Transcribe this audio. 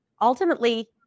Ultimately